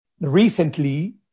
recently